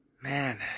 man